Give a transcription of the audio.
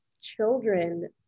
children